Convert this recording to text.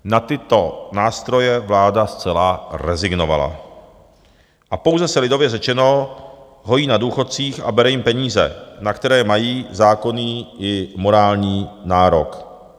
Na tyto nástroje vláda zcela rezignovala a pouze se, lidově řečeno, hojí na důchodcích a bere jim peníze, na které mají zákonný i morální nárok.